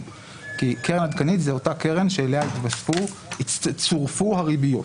כי קרן עדכנית היא אותה קרן אליה צורפו הריביות.